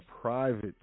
private